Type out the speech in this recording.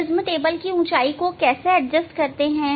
prism table की ऊंचाई को कैसे एडजस्ट करते हैं